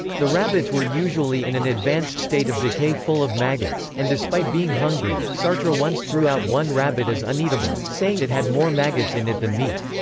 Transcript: the rabbits were usually in an advanced state of decay full of maggots, and despite being hungry, sartre once threw out one rabbit as uneatable, saying it had more maggots in it than meat.